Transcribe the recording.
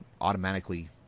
automatically